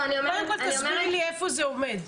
קודם כל תסבירי לי איפה זה עומד.